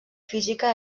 física